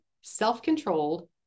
self-controlled